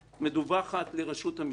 מדווחת לרשות המסים,